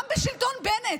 גם בשלטון בנט,